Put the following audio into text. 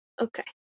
Okay